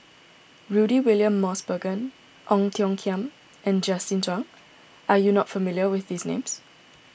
Rudy William Mosbergen Ong Tiong Khiam and Justin Zhuang are you not familiar with these names